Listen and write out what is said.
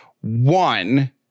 One